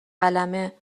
قلمه